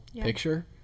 picture